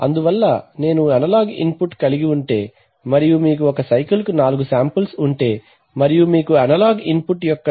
అందువల్ల నేను analogue input కలిగి ఉంటే మరియు మీకు ఒక సైకిల్ కు నాలుగు శాంపిల్స్ ఉంటే మరియు మీకు అనలాగ్ ఇన్పుట్ యొక్క